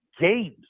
games